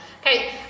Okay